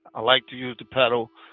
i like to use the pedal.